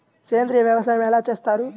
సేంద్రీయ వ్యవసాయం ఎలా చేస్తారు?